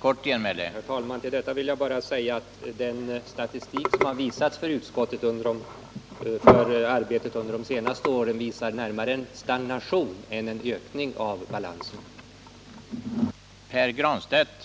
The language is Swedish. talman! Med anledning av detta vill jag bara säga att den statistik som utskottet fått tillfälle att studera beträffande bostadsdomstolarnas arbete under de senaste åren snarare visar på en stagnation än på en ökning av målbalansen.